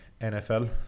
NFL